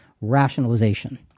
rationalization